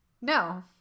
No